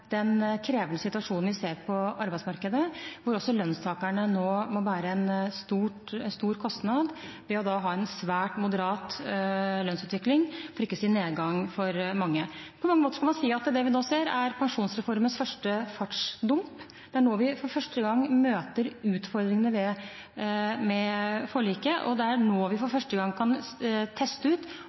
den krevende situasjonen vi ser på arbeidsmarkedet, hvor også lønnstakerne nå må bære en stor kostnad ved å ha en svært moderat lønnsutvikling, for ikke å si nedgang for mange. På mange måter kan man si at det vi nå ser, er pensjonsreformens første fartsdump. Det er nå vi for første gang møter utfordringene ved forliket, og det er nå vi for første gang kan teste ut